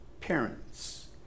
parents